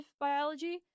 biology